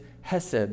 hesed